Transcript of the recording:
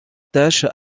tâche